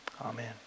Amen